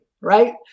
Right